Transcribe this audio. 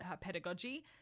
pedagogy